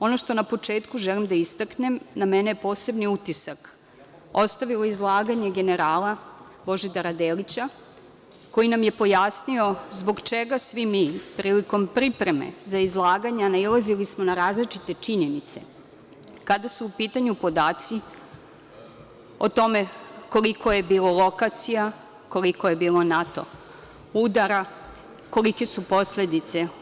Ono što na početku želim da istaknem, na mene je poseban utisak ostavilo izlaganje generala Božidara Delića koji nam je pojasnio zbog čega smo svi mi, prilikom pripreme za izlaganja, nailazili na različite činjenice, kada su u pitanju podaci o tome koliko je bilo lokacija, koliko je bilo NATO udara, kolike su posledice.